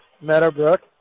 Meadowbrook